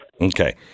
Okay